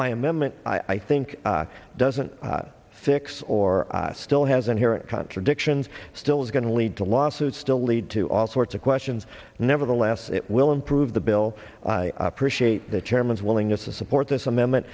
my amendment i think doesn't fix or still hasn't here and contradictions still is going to lead to lawsuits still lead to all sorts of questions nevertheless it will improve the bill appreciate the chairman's willingness to support this amendment